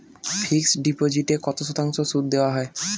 Fixed ডিপোজিটে কত শতাংশ সুদ দেওয়া হয়?